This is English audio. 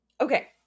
Okay